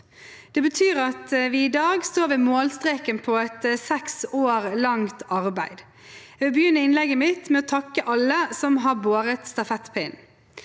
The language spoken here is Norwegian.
Det betyr at vi i dag står ved målstreken for et seks år langt arbeid. Jeg begynner innlegget mitt med å takke alle som har båret stafettpinnen.